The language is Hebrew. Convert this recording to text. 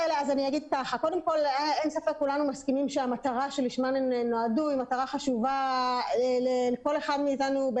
כולנו מסכימים שהמטרה שלשמה הן נועדו היא מטרה חשובה לכל אחד מאתנו,